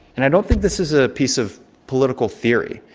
and i don't think this is a piece of political theory.